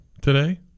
today